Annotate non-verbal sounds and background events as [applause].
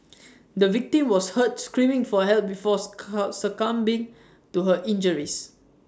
the victim was heard screaming for help before [unintelligible] succumbing to her injuries